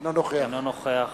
אינו נוכח